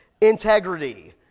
Integrity